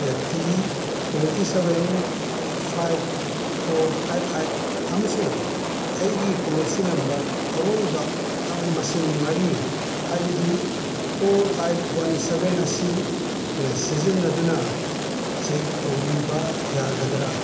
T twenty seven five four five eight ꯑꯃꯁꯨꯡ ꯑꯩꯒꯤ policy number ꯑꯔꯣꯏꯕ ꯃꯁꯤꯡ ꯃꯔꯤ ꯍꯥꯏꯕꯗꯤ ꯐꯣꯔ ꯑꯩꯠ ꯋꯥꯟ ꯁꯕꯦꯟ ꯑꯁꯤ ꯁꯤꯖꯤꯟꯅꯗꯨꯅ ꯆꯦꯛ ꯇꯧꯕꯤꯕ ꯌꯥꯒꯗ꯭ꯔꯥ